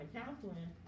counseling